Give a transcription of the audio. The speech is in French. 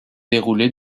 déroulé